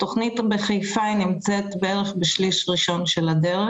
התכנית בחיפה נמצאת בערך בשליש ראשון של הדרך.